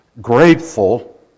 grateful